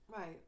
Right